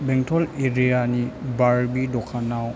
बेंतल एरियानि बारबि दखानाव